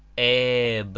a